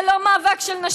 זה לא מאבק של נשים בלבד.